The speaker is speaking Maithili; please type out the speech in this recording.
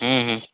हूँ हूँ